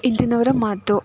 ಹಿಂದಿನವರ ಮಾತು